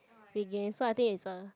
begins so I think it's a